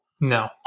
No